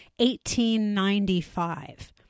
1895